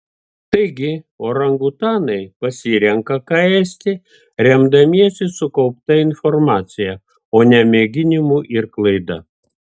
taigi orangutanai pasirenka ką ėsti remdamiesi sukaupta informacija o ne mėginimu ir klaida